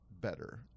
better